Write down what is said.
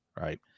right